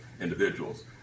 individuals